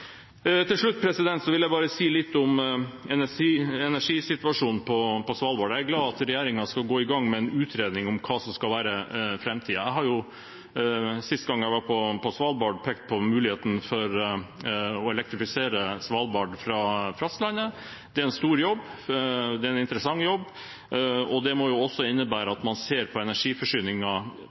Til slutt vil jeg bare si litt om energisituasjonen på Svalbard. Jeg er glad for at regjeringen skal gå i gang med en utredning av hva som skal være framtiden. Jeg har jo – sist jeg var på Svalbard – pekt på muligheten for å elektrifisere Svalbard fra fastlandet. Det er en stor jobb, det er en interessant jobb, og det må også innebære at man ser på